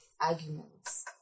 arguments